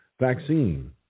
vaccine